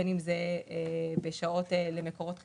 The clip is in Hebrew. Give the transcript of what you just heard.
בין אם זה בשעות ממקורות חיצונים,